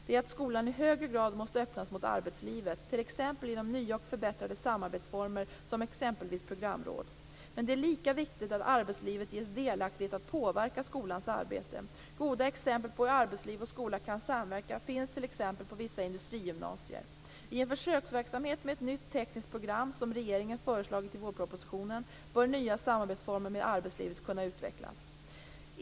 Det är att skolan i högre grad måste öppnas mot arbetslivet, t.ex. genom nya och förbättrade samarbetsformer, som exempelvis programråd. Men det är lika viktigt att arbetslivet ges delaktighet att påverka skolans arbete. Goda exempel på hur arbetsliv och skola kan samverka finns t.ex. på vissa industrigymnasier. I en försöksverksamhet med ett nytt tekniskt program, som regeringen föreslagit i vårpropositionen, bör nya samarbetsformer med arbetslivet kunna utvecklas.